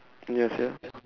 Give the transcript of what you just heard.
yes ya